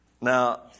Now